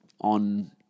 On